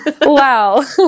wow